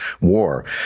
war